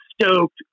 stoked